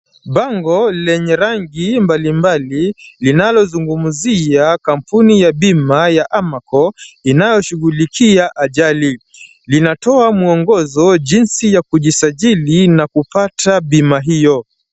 Bango lenye rangi mbalimbali, linalozungumzia kampuni ya bima ya Amaco inayoshughulikia ajali. Linatoa mwongozo jinsi ya kujisajili na kupata bima hiyo.